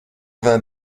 vingt